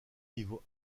niveau